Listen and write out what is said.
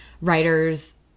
writers